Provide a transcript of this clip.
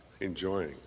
enjoying